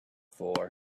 for